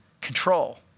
control